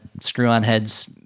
Screw-On-Head's